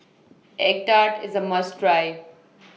Egg Tart IS A must Try